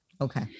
Okay